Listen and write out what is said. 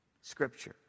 Scripture